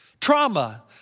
trauma